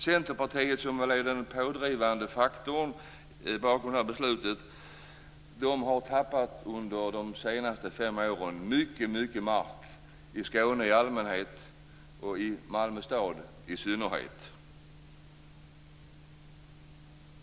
Centerpartiet som väl är de pådrivande bakom beslutet har under de senaste fem åren tappat mycket mark i Skåne i allmänhet och i Malmö stad i synnerhet.